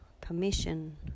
permission